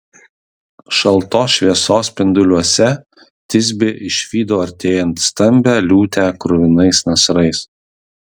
šaltos šviesos spinduliuose tisbė išvydo artėjant stambią liūtę kruvinais nasrais